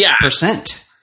percent